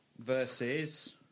Versus